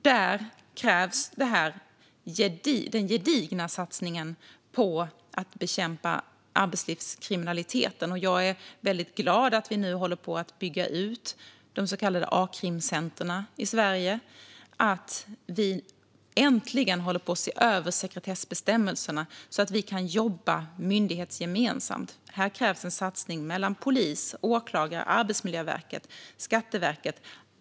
Där krävs den gedigna satsningen på att bekämpa arbetslivskriminaliteten. Jag är glad att vi håller på att bygga ut A-krimcenter i Sverige och att vi äntligen håller på att se över sekretessbestämmelserna så att vi kan jobba myndighetsgemensamt. Här krävs en satsning mellan polis, åklagare, Arbetsmiljöverket och Skatteverket.